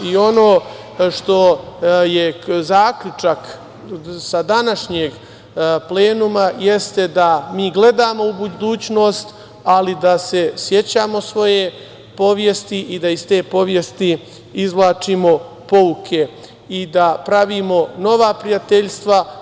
Ono što je zaključak sa današnjeg plenuma jeste da mi gledamo u budućnost, ali da se sećamo svoje povjesti i da iz te povjesti izvlačimo pouke i da pravimo nova prijateljstva.